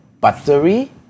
buttery